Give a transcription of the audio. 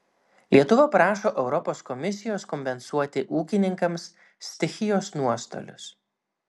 lietuva prašo europos komisijos kompensuoti ūkininkams stichijos nuostolius